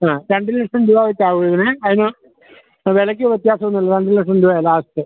ആ രണ്ട് ലക്ഷം രൂപ വെച്ചാവും ഇതിന് അതിന് വിലയ്ക്ക് വ്യത്യാസം ഒന്നുമില്ല രണ്ട് ലക്ഷം രൂപയാണ് ലാസ്റ്റ്